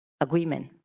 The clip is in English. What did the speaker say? agreement